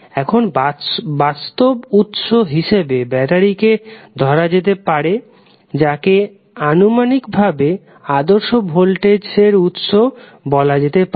এখন বাস্তব উৎস হিসাবে ব্যাটারিকে ধরা যেতে পারে যাকে আনুমানিক ভাবে আদর্শ ভোল্টেজ এর উৎস বলা যেতে পারে